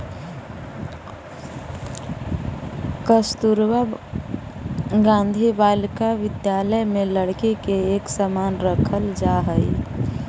कस्तूरबा गांधी बालिका विद्यालय में लड़की के एक समान रखल जा हइ